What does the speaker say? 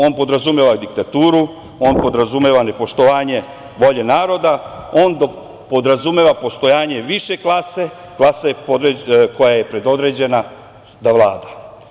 On podrazumeva diktaturu, on podrazumeva nepoštovanje volje naroda, on podrazumeva postojanje više klase, klase koja je predodređena da vlada.